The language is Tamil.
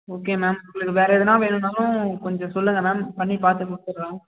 ஓகே மேம் உங்களுக்கு வேறு எதனா வேணுனாலும் கொஞ்சம் சொல்லுங்கள் மேம் பண்ணி பார்த்துக்குடுத்துட்றோம்